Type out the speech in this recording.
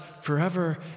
forever